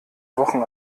wochen